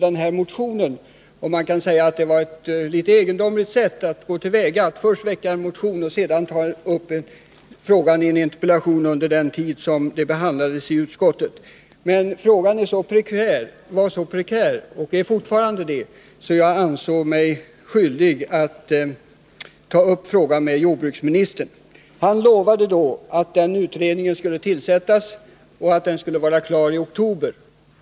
Det kan kanske tyckas litet egendomligt att jag först väckte en motion för att sedan ta upp frågan i en interpellation samtidigt som den behandlades i utskottet. Men läget var så prekärt, och är det fortfarande, att jag ansåg mig skyldig att ta upp frågan med jordbruksministern. Han lovade att utredningen skulle tillsättas och vara klar i oktober.